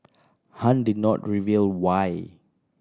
Han did not reveal why